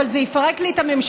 אבל זה יפרק לי את הממשלה,